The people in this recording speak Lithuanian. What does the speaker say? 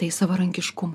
tai savarankiškumo